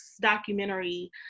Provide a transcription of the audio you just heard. documentary